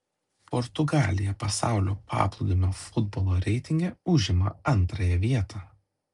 portugalija pasaulio paplūdimio futbolo reitinge užima antrąją vietą